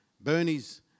Bernie's